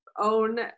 own